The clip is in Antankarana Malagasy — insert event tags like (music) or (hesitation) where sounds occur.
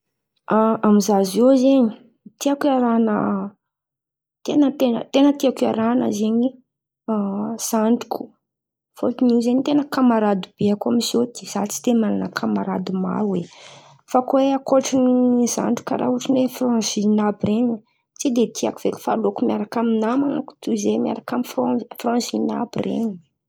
A- amy za zio zen̈y, tiako iaran̈a ten̈a ten̈a tiako iaran̈a zen̈y, (hesitation) zandriko. Fôtony io zen̈y ten̈a kamarady be-ako amy zio ty. Za tsy de man̈ana kamarady maro oe! Fa koa ôtriny zandriko, karà ôtry ny fransinina àby reny, tsy de tiako feky. Fa aleoko zen̈y miaraka amy naman̈a toy zay miaraka amy fransinina àby iren̈y edy e!